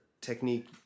technique